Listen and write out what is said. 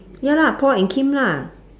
ya lah paul and kim lah